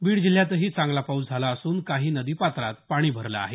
बीड जिल्ह्यातही चांगला पाऊस झाला असून काही नदीपात्रात पाणी भरलं आहे